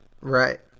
Right